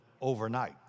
overnight